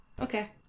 Okay